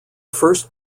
first